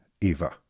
Eva